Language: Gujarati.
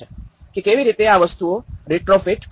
કે કેવી રીતે આ વસ્તુઓ રીટ્રોફિટ કરવી